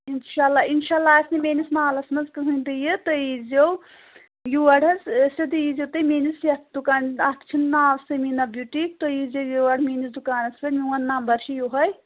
انشاء اللہ اِنشاء اللہ آسہِ نہٕ میٛٲنِس مالَس منٛز کٕہٕنٛے تہِ یہِ تُہۍ ییٖزیٚو یور حظ سیوٚدُے یی زیٚو تُہۍ میٛٲنِس یَتھ دُکان اَتھ چھُنہٕ ناو سمیٖنا بُٹیٖک تُہۍ ییٖزیٚو یور میٛٲنِس دُکانَس پٮ۪ٹھ میٛون نمبر چھُ یِہَے